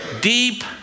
deep